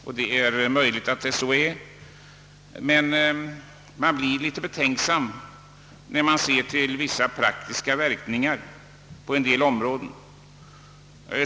Ja, det är möjligt, men man blir betänksam när man ser vissa praktiska verkningar på andra områden.